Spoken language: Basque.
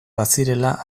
bazirela